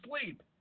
sleep